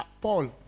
Paul